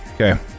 Okay